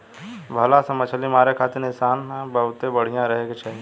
भला से मछली मारे खातिर निशाना बहुते बढ़िया रहे के चाही